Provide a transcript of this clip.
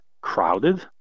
crowded